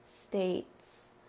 states